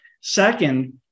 Second